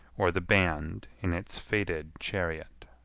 or the band in its faded chariot.